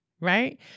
right